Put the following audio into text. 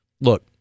Look